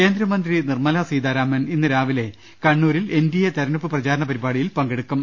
കേന്ദ്രമന്ത്രി നിർമ്മലാ സീതാരാമൻ ഇന്ന് രാവിലെ കണ്ണൂരിൽ എൻഡിഎ തെരഞ്ഞെടുപ്പ് പ്രചാരണ പരിപാടിയിൽ പങ്കെടുക്കും